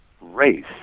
race